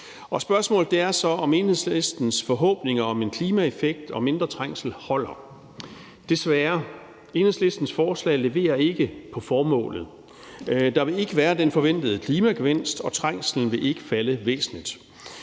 Spørgsmålet er så, om Enhedslistens forhåbninger om en klimaeffekt og mindre trængsel holder. Desværre – Enhedslistens forslag leverer ikke på formålet. Der vil ikke være den forventede klimagevinst, og trængslen vil ikke falde væsentligt.